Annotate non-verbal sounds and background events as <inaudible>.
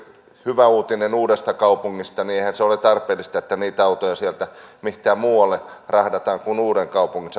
hyvä tämä uutinen uudestakaupungista eihän se ole tarpeellista että niitä autoja sieltä mihinkään muualle rahdataan kuin uudenkaupungin <unintelligible>